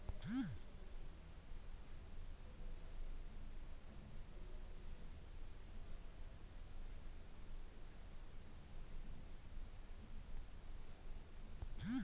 ನಿಂಬೆಯನ್ನು ಅದರ ತಾಜಾ ಹಣ್ಣಿಗಾಗಿ ಬೆಳೆಸೋದೇ ವಾಡಿಕೆ ಇದ್ರ ರಸದಿಂದ ಷರಬತ್ತು ತಯಾರಿಸ್ತಾರೆ